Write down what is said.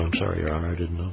i'm sorry i didn't know